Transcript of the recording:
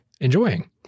enjoying